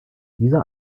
dieser